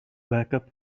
backup